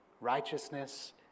righteousness